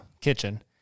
kitchen